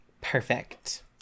Perfect